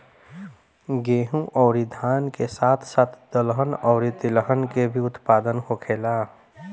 गेहूं अउरी धान के साथ साथ दहलन अउरी तिलहन के भी उत्पादन होखेला